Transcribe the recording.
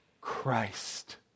Christ